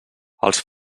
els